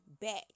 back